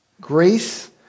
Grace